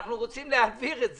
אנחנו רוצים להסדיר את זה.